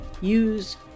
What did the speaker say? use